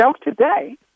today